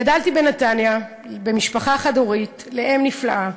גדלתי בנתניה במשפחה חד-הורית לאם נפלאה